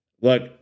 Look